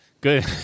Good